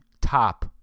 top